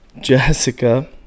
Jessica